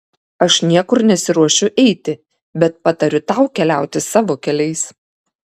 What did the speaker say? aš niekur nesiruošiu eiti bet patariu tau keliauti savo keliais